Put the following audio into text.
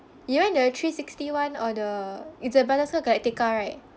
you want the three sixty [one] or the it's a battle star galactica right